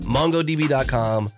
MongoDB.com